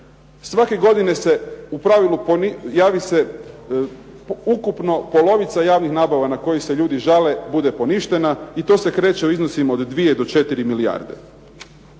svake godine u pravilu javi se ukupno polovica javnih nabava na koje se ljudi žale, bude poništena, i to se kreće u iznosima od 2 do 4 milijarde.